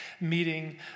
meeting